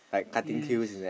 yes